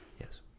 Yes